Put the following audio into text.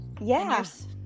Yes